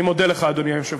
אני מודה לך, אדוני היושב-ראש.